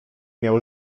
miał